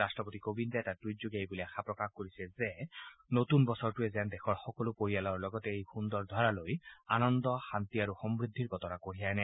ৰাট্টপতি কোৱিন্দে এটা টুইট যোগে এই বুলি আশা প্ৰকাশ কৰিছে যে নতুন বছৰটোৱে যেন দেশৰ সকলো পৰিয়ালৰ লগতে এই সুন্দৰ ধৰালৈ আনন্দ শান্তি আৰু সমূদ্ধিৰ বতৰা কঢ়িয়াই আনে